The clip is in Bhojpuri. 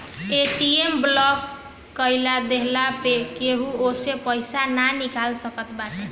ए.टी.एम ब्लाक कअ देहला पअ केहू ओसे पईसा नाइ निकाल सकत बाटे